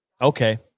Okay